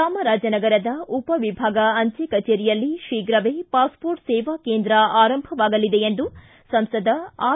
ಚಾಮರಾಜನಗರದ ಉಪ ವಿಭಾಗ ಅಂಚೆ ಕಚೇರಿಯಲ್ಲಿ ಶೀಘವೇ ಪಾಸ್ ಪೋರ್ಟ್ ಸೇವಾ ಕೇಂದ್ರ ಆರಂಭವಾಗಲಿದೆ ಎಂದು ಸಂಸದ ಆರ್